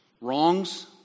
wrongs